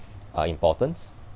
uh importance